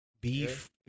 Beef